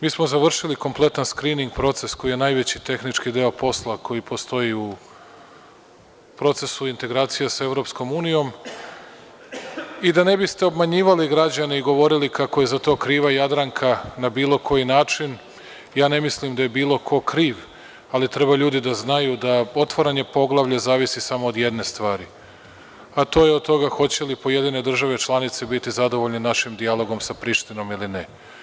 Mi smo završili kompletan skrining proces koji je najveći tehnički deo posla koji postoji u procesu integracija sa EU i da ne bi ste obmanjivali građane i govorili kako je za to kriva Jadranka na bilo koji način, ja ne mislim da je bilo ko kriv, ali treba ljudi da znaju da otvaranje poglavlja zavisi samo od jedne stvari, a to je od toga hoće li pojedine države članice biti zadovoljne našim dijalogom sa Prištinom ili ne.